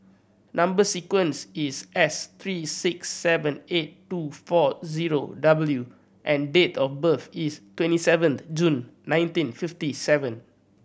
number sequence is S three six seven eight two four zero W and date of birth is twenty seventh June nineteen fifty seven